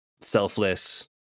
selfless